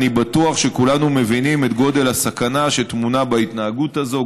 אני בטוח שכולנו מבינים את גודל הסכנה שטמונה בהתנהגות הזאת,